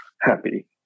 happy